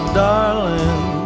darling